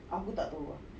ah